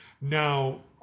Now